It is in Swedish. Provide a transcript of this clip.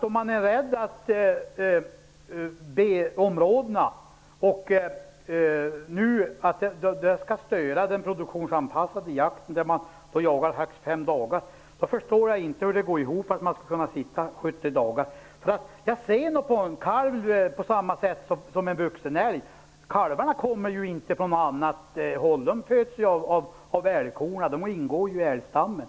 Om man är rädd att B-områdena, där man får jaga i högst fem dagar, skall störa den produktionsanpassade jakten, förstår jag inte varför man skall få jaga i 70 dagar. Jag betraktar en kalv på samma sätt som en vuxen älg. Kalvarna föds ju av älgkorna och ingår i älgstammen.